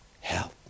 help